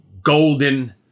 golden